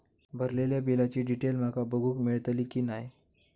भरलेल्या बिलाची डिटेल माका बघूक मेलटली की नाय?